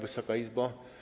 Wysoka Izbo!